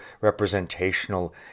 representational